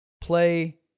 play